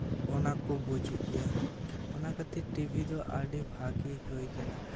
ᱚᱱᱟ ᱠᱚ ᱵᱩᱡᱩᱜ ᱜᱮᱭᱟ ᱚᱱᱟ ᱠᱷᱟᱹᱛᱤᱨ ᱴᱤᱵᱷᱤ ᱫᱚ ᱟᱹᱰᱤ ᱵᱷᱟᱹᱜᱤ ᱦᱩᱭ ᱟᱠᱟᱱᱟ